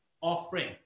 offering